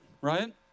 right